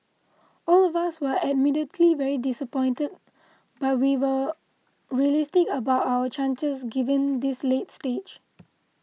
all of us were admittedly very disappointed but we were realistic about our chances given this late stage